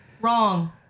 Wrong